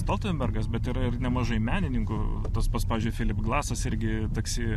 stoltenbergas bet yra ir nemažai menininkų tas pats pavyzdžiui filip glasas irgi taksi